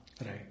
Right